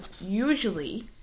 usually